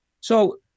So-